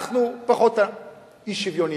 אנחנו פחות אי-שוויוניים.